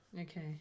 Okay